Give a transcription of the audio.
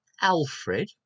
Alfred